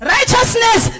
Righteousness